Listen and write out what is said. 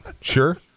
sure